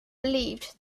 believed